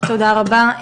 תודה רבה.